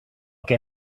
que